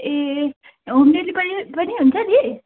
ए home delivery पनि हुन्छ दी